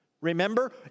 Remember